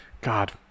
God